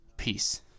peace